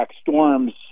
storms